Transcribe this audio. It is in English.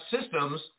systems